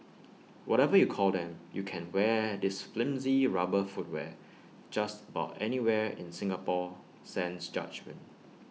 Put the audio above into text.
whatever you call them you can wear this flimsy rubber footwear just about anywhere in Singapore sans judgement